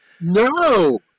No